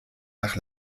nach